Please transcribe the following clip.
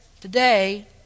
today